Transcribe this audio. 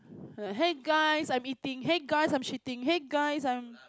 hey guys I'm eating hey guys I'm shitting hey guys I'm